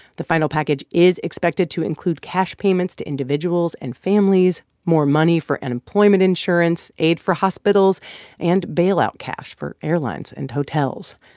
the final package is expected to include cash payments to individuals and families, more money for unemployment insurance, aid for hospitals and bailout cash for airlines and hotels.